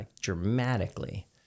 dramatically